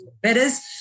Whereas